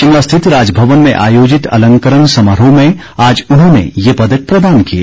शिमला स्थित राजभवन में आयोजित अलंकरण समारोह में आज उन्होंने ये पदक प्रदान किए